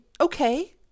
okay